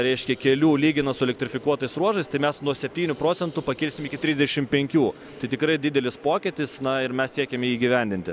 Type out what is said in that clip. reiškia kelių lygina su elektrifikuotais ruožais tai mes nuo septynių procentų pakilsim iki trisdešim penkių tai tikrai didelis pokytis na ir mes siekiame įgyvendinti